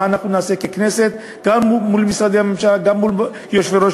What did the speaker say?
אנחנו נעשה ככנסת גם מול משרדי הממשלה וגם מול יושבי-ראש